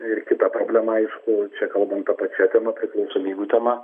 ir kita problema aišku čia kalbam ta pačia tema priklausomybių tema